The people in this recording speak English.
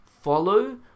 Follow